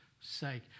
sake